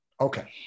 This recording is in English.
Okay